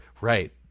right